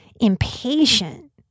impatient